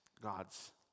God's